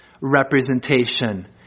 representation